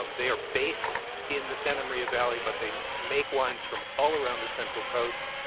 um they are based in the santa maria valley, but they make wines from all around the central coast.